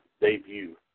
debut